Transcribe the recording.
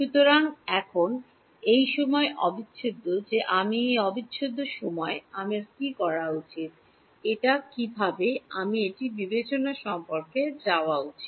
সুতরাং এখন এই সময় অবিচ্ছেদ্য যে আমি এই অবিচ্ছেদ্য সময় আমি কি করা উচিত এই কিভাবে আমি এটি বিবেচনা সম্পর্কে যাওয়া উচিত